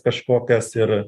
kažkokias ir